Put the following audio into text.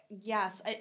Yes